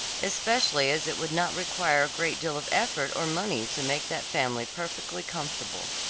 especially as it would not require a great deal of effort or money to make that family perfectly comfortable.